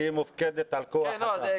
היא מופקדת על כוח אדם.